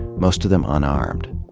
most of them unarmed.